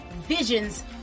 visions